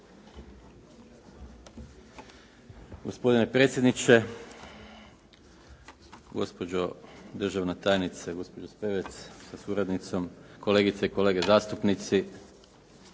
Gospodine predsjedniče, gospođo državna tajnice gospođa Spevec sa suradnicom, kolegice i kolege zastupnici.